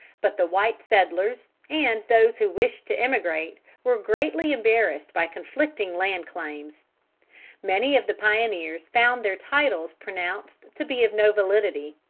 but the white settlers, and those who wished to emigrate, were greatly embarrassed by conflicting land claims many of the pioneers found their titles pronounced to be of no validity.